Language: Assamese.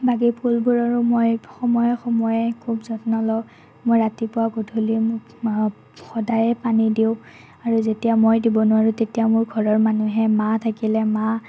বাকী ফুলবোৰৰো মই সময়ে সময়ে খুব যত্ন লওঁ মই ৰাতিপুৱা গধূলি সদায়ে পানী দিওঁ আৰু যেতিয়া মই দিব নোৱাৰোঁ তেতিয়া মোৰ ঘৰৰ মানুহে মা থাকিলে মা